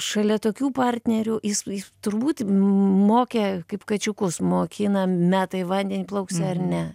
šalia tokių partnerių jis turbūt mokė kaip kačiukus mokina meta į vandenį plauks ar ne